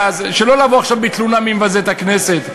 לא לבוא עכשיו בתלונה מי מבזה את הכנסת,